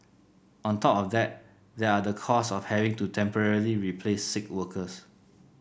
on top of that there are the costs of having to temporarily replace sick workers